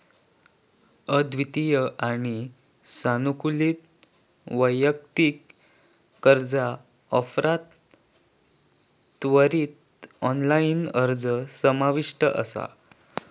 अद्वितीय आणि सानुकूलित वैयक्तिक कर्जा ऑफरात त्वरित ऑनलाइन अर्ज समाविष्ट असा